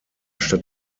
statt